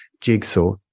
jigsaw